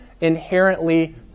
inherently